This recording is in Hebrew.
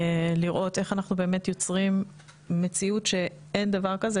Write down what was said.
ולראות איך אנחנו באמת יוצרים מציאות שאין דבר כזה